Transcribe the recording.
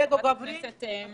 חברת הכנסת מרב מיכאלי.